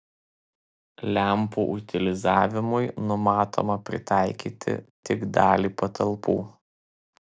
lempų utilizavimui numatoma pritaikyti tik dalį patalpų